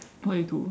what you do